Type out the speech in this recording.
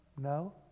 no